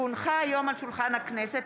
כי הונחה היום על שולחן הכנסת,